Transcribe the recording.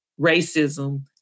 racism